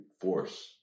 force